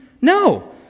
No